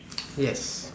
yes